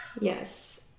Yes